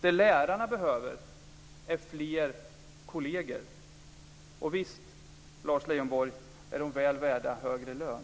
Det lärarna behöver är fler kolleger. Visst, Lars Leijonborg, är de väl värda högre lön.